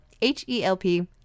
H-E-L-P